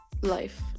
life